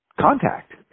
contact